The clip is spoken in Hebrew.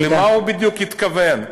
למה הוא בדיוק התכוון?